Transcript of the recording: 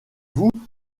vous